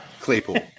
Claypool